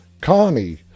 Connie